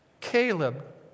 Caleb